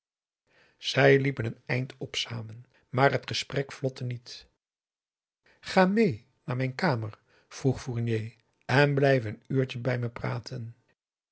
zij liepen een eind op samen maar het gesprek vlotte niet ga mee naar mijn kamer vroeg fournier en blijf een uurtje bij me praten